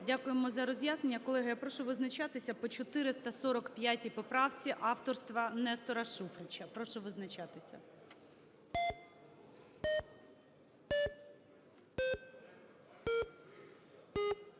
Дякуємо за роз'яснення. Колеги, я прошу визначатися по 445 поправці авторства Нестора Шуфрича. Прошу визначатися.